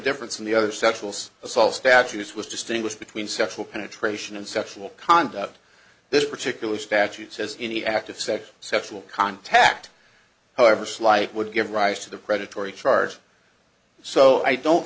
different from the other sexual assault statutes was distinguished between sexual penetration and sexual conduct this particular statute says any act of sex sexual contact however slight would give rise to the predatory charge so i don't